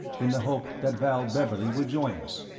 in the hope that val beverley would join us.